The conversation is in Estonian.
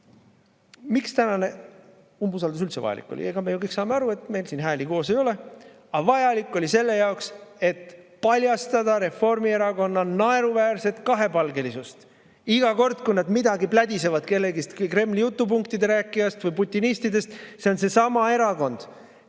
Miks tänane umbusaldus üldse vajalik oli? Eks me saame ju kõik aru, et meil siin hääli koos ei ole. Aga vajalik oli see selleks, et paljastada Reformierakonna naeruväärset kahepalgelisust. Iga kord, kui nad midagi plädisevad kellestki Kremli jutupunktide rääkijast või putinistidest – see on seesama erakond,